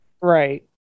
Right